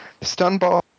Stunball